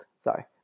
Sorry